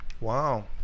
Wow